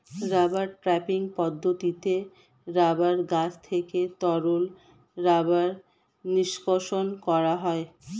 rubber tapping পদ্ধতিতে rubber গাছ থেকে তরল রাবার নিষ্কাশণ করা হয়